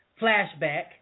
flashback